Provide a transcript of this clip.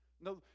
No